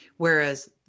Whereas